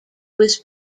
was